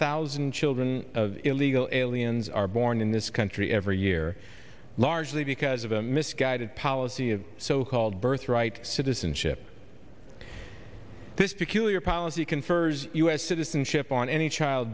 thousand children of illegal aliens are born in this country every year largely because of a misguided policy of so called birthright citizenship this peculiar policy confers u s citizenship on any child